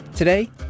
Today